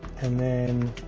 and then